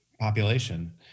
population